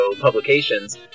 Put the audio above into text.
publications